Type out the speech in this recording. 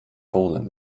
fallen